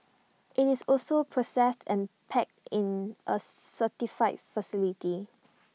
IT is also processed and packed in A certified facility